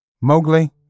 Mowgli